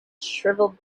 shriveled